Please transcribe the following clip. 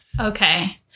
Okay